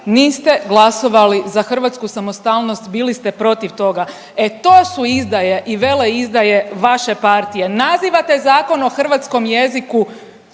niste glasovali za hrvatsku samostalnost, bili ste protiv toga, e to su izdaje i veleizdaje vaše partije. Nazivate Zakon o hrvatskom jeziku